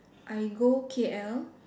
I go K_L